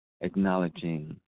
acknowledging